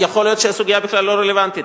יכול להיות שהסוגיה בכלל לא רלוונטית,